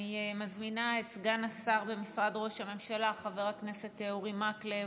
אני מזמינה את סגן השר במשרד ראש הממשלה חבר הכנסת אורי מקלב,